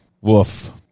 Woof